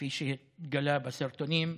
כפי שהתגלה בסרטונים,